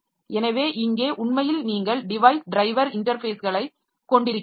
எனவே இங்கே உண்மையில் நீங்கள் டிவைஸ் டிரைவர் இன்டர்ஃபேஸ்களைக் கொண்டிருக்கிறீர்கள்